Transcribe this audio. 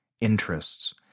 interests